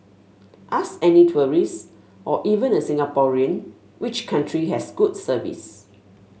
ask any tourist or even a Singaporean which country has good service